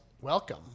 welcome